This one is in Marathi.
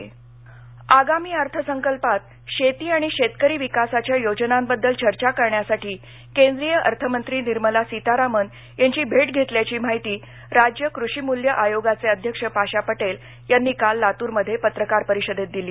पाशा पटेल लातूर आगामी अर्थसंकल्पात शेती आणि शेतकरी विकासाच्या योजनांबद्दल चर्चाकरण्यासाठी केंद्रीय अर्थमंत्री निर्मला सीतारामन यांची भेट घेतल्याची माहिती राज्य कृषी मूल्य आयोगाचे अध्यक्ष पाशा पटेल यांनी काल लातूरमध्ये पत्रकार परिषदेत दिली